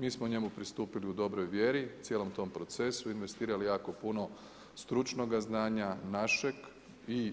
Mi smo njemu pristupili u dobroj vjeri, cijelom tom procesu i investirali jako puno stručnoga znanja, našeg i